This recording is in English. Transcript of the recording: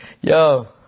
yo